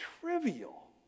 trivial